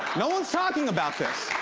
no one's talking about this.